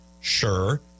Sure